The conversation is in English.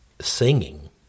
Singing